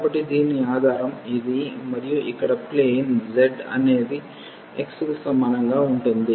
కాబట్టి దీని ఆధారం ఇది మరియు ఇక్కడ ప్లేన్ z అనేది x కి సమానంగా ఉంటుంది